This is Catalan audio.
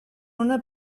una